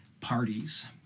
parties